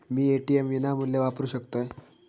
मी ATM विनामूल्य वापरू शकतय?